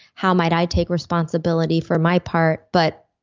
how might i take responsibility for my part? but